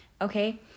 okay